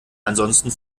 ansonsten